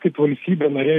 kaip valstybė narė